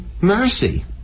mercy